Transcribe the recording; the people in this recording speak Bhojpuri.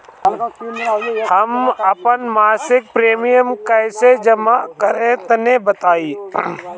हम आपन मसिक प्रिमियम कइसे जमा करि तनि बताईं?